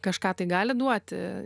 kažką tai gali duoti